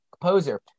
composer